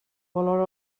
valora